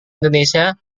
indonesia